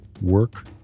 Work